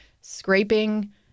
scraping